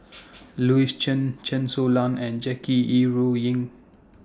Louis Chen Chen Su Lan and Jackie Yi Ru Ying